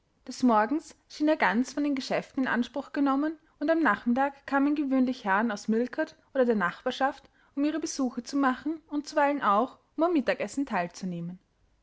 des morgens schien er ganz von geschäften in anspruch genommen und am nachmittag kamen gewöhnlich herren aus millcote oder der nachbarschaft um ihre besuche zu machen und zuweilen auch um am mittagessen teilzunehmen